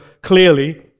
clearly